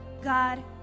God